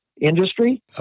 industry